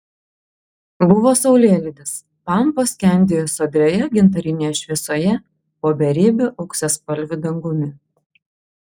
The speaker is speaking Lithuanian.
buvo saulėlydis pampos skendėjo sodrioje gintarinėje šviesoje po beribiu auksaspalviu dangumi